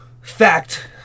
fact